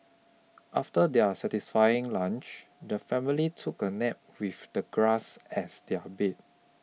after their satisfying lunch the family took a nap with the grass as their bed